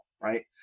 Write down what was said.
right